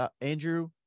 Andrew